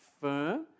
firm